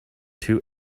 two